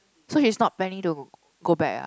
so she's not planning to go back ah